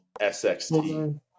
SXT